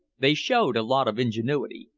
they showed a lot of ingenuity,